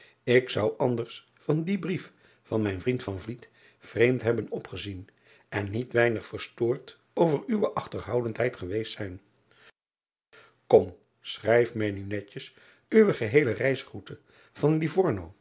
ik zou anders van dien brief van mijn vriend vreemd hebben opgezien en niet weinig verstoord over uwe achterhoudendheid geweest zijn om schrijf mij nu netjes uwe geheele reisroute van